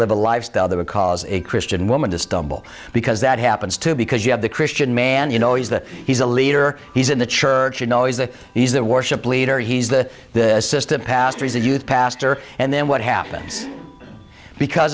live a lifestyle that would cause a christian woman to stumble because that happens too because you have the christian man you know he's the he's a leader he's in the church you know is that he's the worship leader he's the the system pastor is a youth pastor and then what happens because